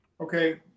Okay